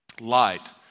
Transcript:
light